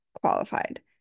qualified